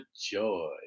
joy